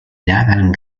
nadan